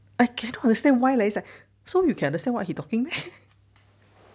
I cannot understand why is like so you can understand what he talking meh